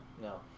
No